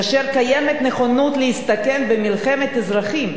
וכאשר קיימת נכונות להסתכן במלחמת אזרחים.